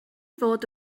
fod